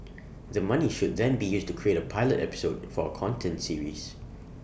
the money should then be used to create A pilot episode for A content series